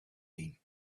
been